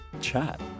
chat